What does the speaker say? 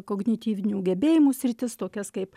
kognityvinių gebėjimų sritis tokias kaip